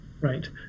Right